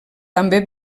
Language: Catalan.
també